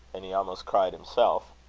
and he almost cried himself.